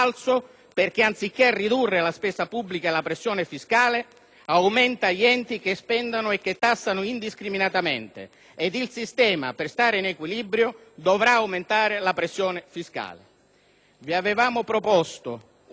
aumenta gli enti che spendono e tassano indiscriminatamente. Ed il sistema, quindi, per stare in equilibrio dovrà aumentare la pressione fiscale. Vi avevamo proposto un emendamento al riguardo, uno dei tanti che ci avete bocciato,